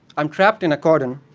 i'm trapped in a cordon.